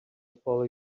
follow